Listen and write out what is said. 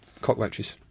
Cockroaches